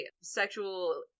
sexual